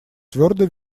твердо